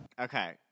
Okay